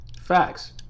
Facts